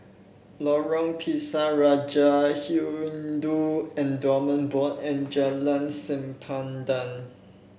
Lorong Pisang Raja Hindu Endowment Board and Jalan Sempadan